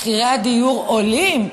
מחירי הדיור עולים.